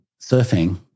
surfing